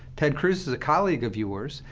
ted cruz is a colleague of yours.